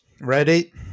Ready